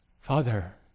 Father